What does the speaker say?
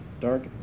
dark